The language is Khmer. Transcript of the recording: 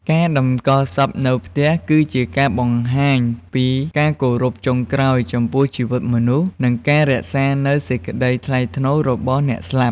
ការតម្កល់សពនៅផ្ទះ គឺជាការបង្ហាញពី ការគោរពចុងក្រោយ ចំពោះជីវិតមនុស្ស និងការរក្សានូវសេចក្តីថ្លៃថ្នូររបស់អ្នកស្លាប់។